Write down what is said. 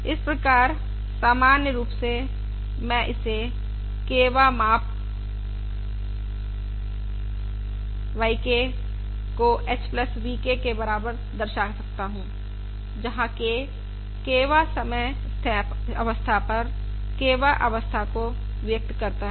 इस प्रकार सामान्य रूप से मैं इसे Kth माप yK को h v K के बराबर दर्शा सकता हूं जहां K K वाँ समय अवस्था पर K वाँ अवस्था को व्यक्त करता है